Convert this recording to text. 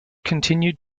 continued